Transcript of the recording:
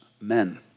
men